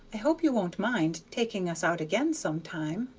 i hope you won't mind taking us out again some time.